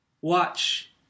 watch